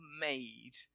made